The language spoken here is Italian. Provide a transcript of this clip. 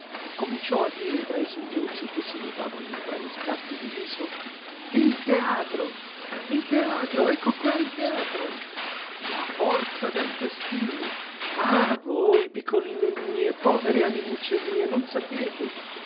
cominciò a dire tra i singhiozzi che si mutavano in strani scatti di riso il teatro il teatro ecco qua il teatro la forza del destino ah voi piccoline mie povere animucce mie non sapete